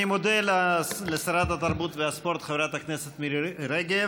אני מודה לשרת התרבות והספורט חברת הכנסת מירי רגב.